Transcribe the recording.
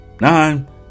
nine